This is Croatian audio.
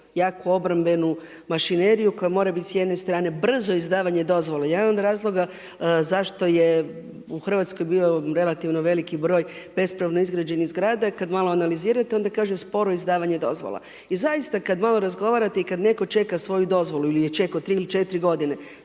jaku obrambenu mašineriju koja mora biti s jedne strane brzo izdavanje dozvole. Ja imam razloga zašto je u u Hrvatskoj bio relativno veliki broj bespravno izgrađenih zgrada. I kad malo analizirate onda kaže sporo izdavanje dozvola. I zaista kad malo razgovarate i kad netko čeka svoju dozvolu ili je čekao tri ili četiri godine,